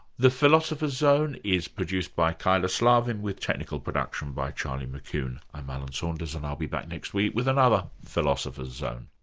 the philosopher's zone is produced by kyla slaven with technical production by charlie mckune. i'm alan saunders, and i'll be back next week with another philosopher's zone